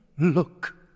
Look